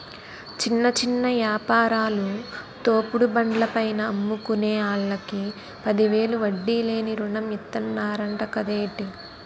చిన్న చిన్న యాపారాలు, తోపుడు బండ్ల పైన అమ్ముకునే ఆల్లకి పదివేలు వడ్డీ లేని రుణం ఇతన్నరంట కదేటి